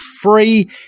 free